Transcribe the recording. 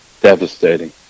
devastating